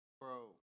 Bro